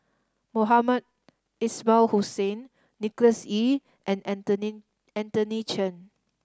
Mohamed Ismail Hussain Nicholas Ee and Anthony Chen